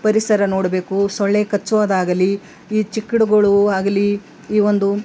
ಪರಿಸರ ನೋಡಬೇಕು ಸೊಳ್ಳೆ ಕಚ್ಚುವುದಾಗಲಿ ಈ ಚಿಕ್ಡಗಳು ಆಗಲಿ ಈ ಒಂದು